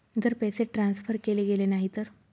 जर पैसे ट्रान्सफर केले गेले नाही तर?